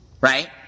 Right